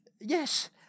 Yes